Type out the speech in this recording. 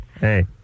Hey